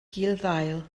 gulddail